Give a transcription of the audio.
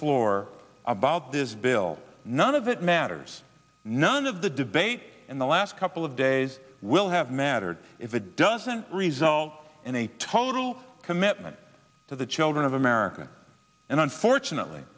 floor about this bill none of it matters none of the debate in the last couple of days will have mattered if it doesn't result in a total commitment to the children of america and unfortunately